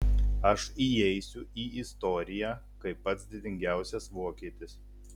aš įeisiu į istoriją kaip pats didingiausias vokietis